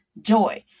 joy